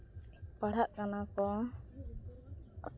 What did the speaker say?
ᱯᱟᱲᱦᱟᱜ ᱠᱟᱱᱟ ᱠᱚ